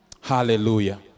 Hallelujah